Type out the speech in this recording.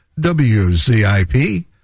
WZIP